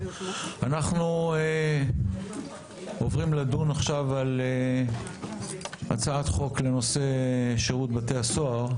אנחנו עוברים לדון עכשיו על הצעת חוק לנושא שירות בתי הסוהר.